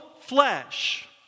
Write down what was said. flesh